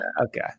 Okay